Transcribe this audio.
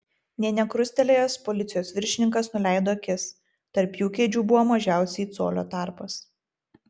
nė nekrustelėjęs policijos viršininkas nuleido akis tarp jų kėdžių buvo mažiausiai colio tarpas